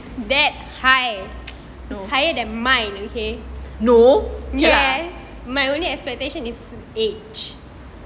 no no ya lah